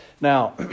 Now